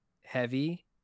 heavy